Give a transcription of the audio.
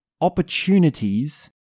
opportunities